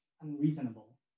unreasonable